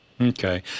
Okay